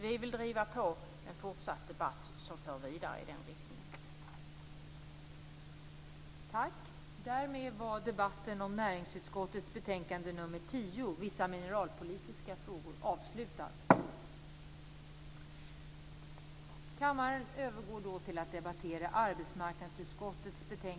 Vi vill driva på en fortsatt debatt som för vidare i den riktningen.